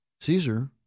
Caesar